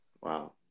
Wow